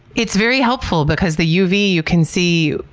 it's very helpful because the uv, you can see.